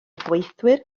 gweithwyr